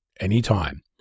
anytime